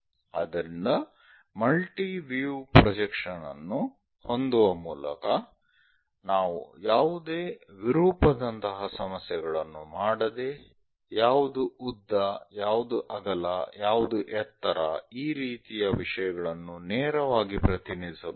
ಆದ್ದರಿಂದ multi view projection ಅನ್ನು ಹೊಂದುವ ಮೂಲಕ ನಾವು ಯಾವುದೇ ವಿರೂಪದಂತಹ ಸಮಸ್ಯೆಗಳನ್ನು ಮಾಡದೆ ಯಾವುದು ಉದ್ದ ಯಾವುದು ಅಗಲ ಯಾವುದು ಎತ್ತರ ಈ ರೀತಿಯ ವಿಷಯಗಳನ್ನು ನೇರವಾಗಿ ಪ್ರತಿನಿಧಿಸಬಹುದು